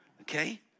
Okay